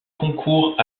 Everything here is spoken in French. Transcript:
concours